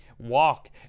walk